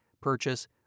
purchase